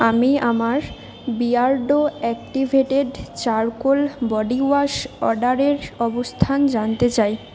আমি আমার Beardo activated charcoal body wash অর্ডারের অবস্থান জানতে চাই